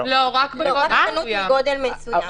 לא, רק חנות מגודל מסוים.